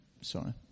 Sorry